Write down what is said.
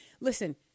listen